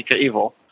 evil